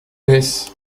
laisse